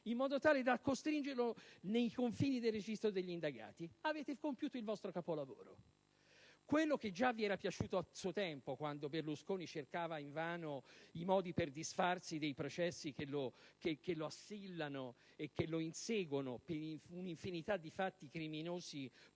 in modo tale da costringerlo nei confini del registro degli indagati. Avete compiuto il vostro capolavoro! Quello che già vi era piaciuto a suo tempo, quando Berlusconi cercava invano i modi per disfarsi dei processi che lo assillano e che lo inseguono per un'infinità di fatti criminosi